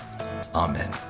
Amen